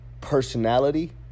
personality